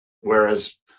Whereas